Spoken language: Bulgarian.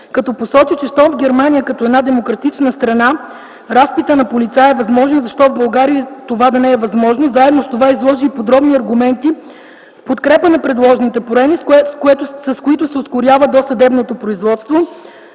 като посочи, че щом в Германия като една демократична страна разпитът на полицаи е възможен, защо в България това да не е възможно. Заедно с това изложи и подробни аргументи в подкрепа на предложените промени, с които се ускорява досъдебното производство,